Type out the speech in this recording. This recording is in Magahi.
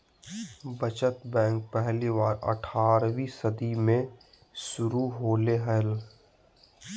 बचत बैंक पहली बार अट्ठारहवीं सदी में शुरू होले हल